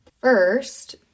First